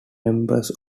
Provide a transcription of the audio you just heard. members